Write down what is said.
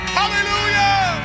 hallelujah